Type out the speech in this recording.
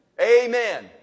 Amen